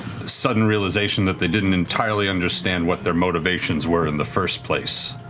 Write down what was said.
sudden realization that they didn't entirely understand what their motivations were in the first place.